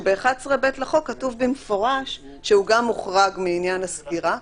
שב-11(ב) לחוק כתוב במפורש שהוא גם מוחרג לעניין הסגירה.